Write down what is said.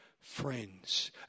Friends